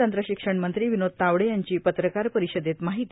तंत्रशिक्षण मंत्री विनोद तावडे यांची पत्रकार परिषदेत माहिती